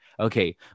Okay